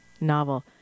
novel